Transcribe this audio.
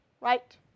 right